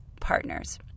partners